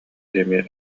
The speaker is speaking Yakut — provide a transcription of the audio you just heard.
эмиэ